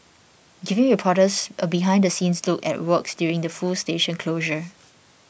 giving reporters a behind the scenes look at works during the full station closure